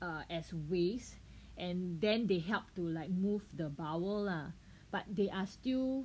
err as waste and then they help to like move the bowel lah but they are still